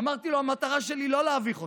אמרתי לו: המטרה שלי היא לא להביך אותך,